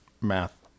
math